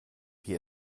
wie